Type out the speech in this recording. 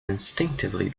instinctively